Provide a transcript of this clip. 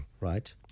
Right